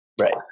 right